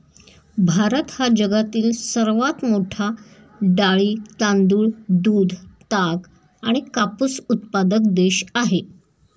भारत हा जगातील सर्वात मोठा डाळी, तांदूळ, दूध, ताग आणि कापूस उत्पादक देश आहे